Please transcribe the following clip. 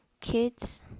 kids